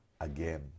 again